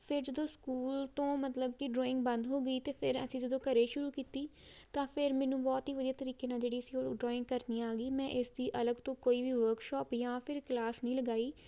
ਫਿਰ ਜਦੋਂ ਸਕੂਲ ਤੋਂ ਮਤਲਬ ਕੀ ਡਰੋਇੰਗ ਬੰਦ ਹੋ ਗਈ ਅਤੇ ਫਿਰ ਅਸੀਂ ਜਦੋਂ ਘਰੇ ਸ਼ੁਰੂ ਕੀਤੀ ਤਾਂ ਫਿਰ ਮੈਨੂੰ ਬਹੁਤ ਹੀ ਵਧੀਆ ਤਰੀਕੇ ਨਾਲ ਜਿਹੜੀ ਸੀ ਉਹ ਡਰੋਇੰਗ ਕਰਨੀ ਆ ਗਈ ਮੈਂ ਇਸ ਦੀ ਅਲੱਗ ਤੋਂ ਕੋਈ ਵੀ ਵਰਕਸ਼ਾਪ ਜਾਂ ਫਿਰ ਕਲਾਸ ਨਹੀਂ ਲਗਾਈ